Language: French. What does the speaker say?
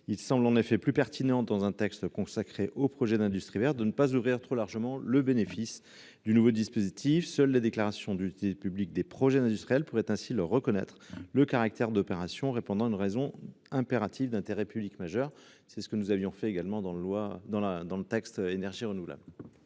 Il semble en effet plus pertinente dans un texte consacré au projet d'industrie verte de ne pas ouvrir trop largement le bénéfice du nouveau dispositif. Seule la déclaration d'utilité publique des projets industriels pourraient ainsi le reconnaître le caractère d'opération répandant une raison impérative d'intérêt public majeur c'est ce que nous avions fait également dans la loi dans la